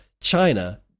China